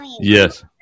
Yes